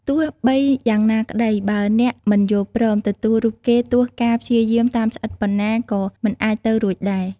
ទោះបីយ៉ាងណាក្តីបើអ្នកមិនយល់ព្រម ទទួលរូបគេទោះការព្យាយាមតាមស្អិតប៉ុនណាក៏មិនអាចទៅរួចដែរ។